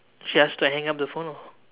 she asked to hang up the phone or